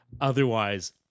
otherwise